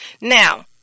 Now